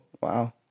Wow